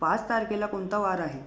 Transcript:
पाच तारखेला कोणता वार आहे